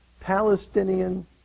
Palestinian